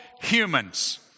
humans